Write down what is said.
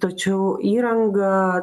tačiau įranga